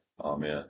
Amen